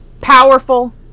Powerful